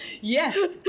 Yes